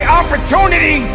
opportunity